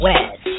West